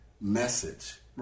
message